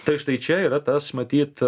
tai štai čia yra tas matyt